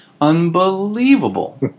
unbelievable